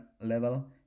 level